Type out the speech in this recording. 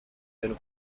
than